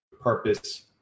Purpose